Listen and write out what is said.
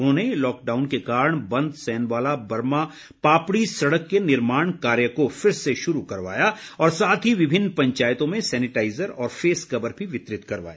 उन्होंने लॉकडाउन के कारण बंद सैनवाला बर्मा पापड़ी सड़क के निर्माण कार्य को फिर से शुरू करवाया और साथ ही विभिन्न पंचायतों में सैनिटाइज़र और फेस कवर भी वितरित करवाए